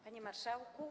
Panie Marszałku!